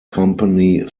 company